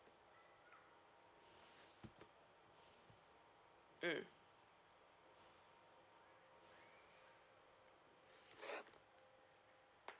mm